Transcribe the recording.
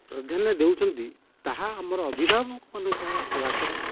ପ୍ରାଧାନ୍ୟ ଦେଉଛନ୍ତି ତାହା ଆମର ଅଭିଭାବକମାନଙ୍କ ଏ ଭାଷାର